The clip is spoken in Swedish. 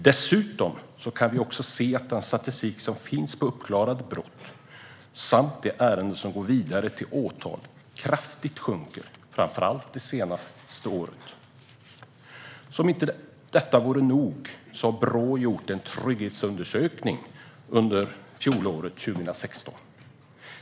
Dessutom framgår det av statistiken över uppklarade brott och över de ärenden som går vidare till åtal att siffrorna kraftigt sjunker, framför allt under det senaste året. Som om inte detta vore nog gjorde Brå en trygghetsundersökning under fjolåret, 2016.